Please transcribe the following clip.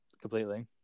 completely